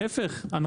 להפך.